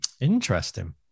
Interesting